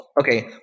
Okay